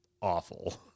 awful